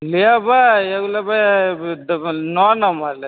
लेबै एगो लेबै नऽ नम्मर लेबै